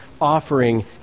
offering